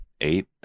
eight